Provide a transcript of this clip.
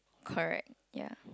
correct ya